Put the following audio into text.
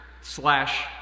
slash